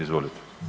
Izvolite.